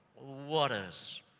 waters